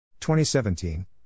2017